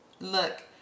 Look